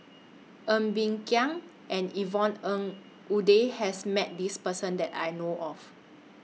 Ng Bee Kia and Yvonne Ng Uhde has Met This Person that I know of